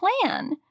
plan